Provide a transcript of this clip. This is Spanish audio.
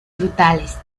frutales